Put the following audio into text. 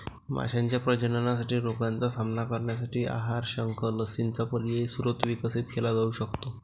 माशांच्या प्रजननासाठी रोगांचा सामना करण्यासाठी आहार, शंख, लसींचा पर्यायी स्रोत विकसित केला जाऊ शकतो